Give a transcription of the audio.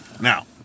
Now